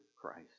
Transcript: Christ